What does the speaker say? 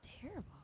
terrible